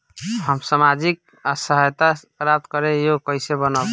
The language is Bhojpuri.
हम सामाजिक सहायता प्राप्त करे के योग्य कइसे बनब?